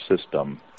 system